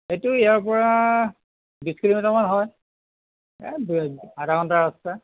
সেইটো ইয়াৰ পৰা বিছ কিলোমিটামান হয় এ আধা ঘণ্টা ৰাস্তা